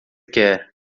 quer